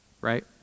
right